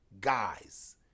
guys